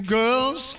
girls